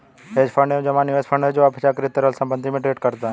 hedge fund एक जमा निवेश फंड है जो अपेक्षाकृत तरल संपत्ति में ट्रेड करता है